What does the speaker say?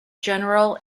general